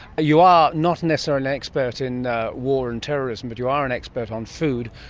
you are not necessarily an expert in war and terrorism but you are an expert on food.